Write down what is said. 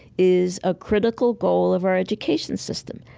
is a critical goal of our education system,